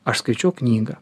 aš skaičiau knygą